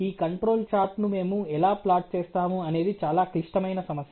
ఈ కంట్రోల్ చార్ట్ను మేము ఎలా ప్లాట్ చేస్తాము అనేది చాలా క్లిష్టమైన సమస్య